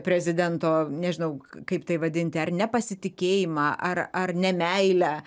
prezidento nežinau kaip tai vadinti ar nepasitikėjimą ar ar nemeilę